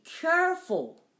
careful